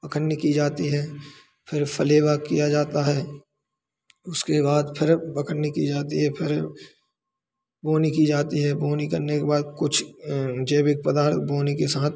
बखन्नी की जाती है फिर फ़लेवा किया जाता है उसके बाद फिर बखन्नी की जाती है फिर बोनी की जाती है बोनी करने के बाद कुछ जैविक पदार्थ बोनी के साथ